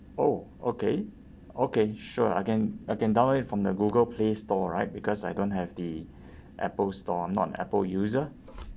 oh okay okay sure I can I can download it from the google play store right because I don't have the apple store I'm not an apple user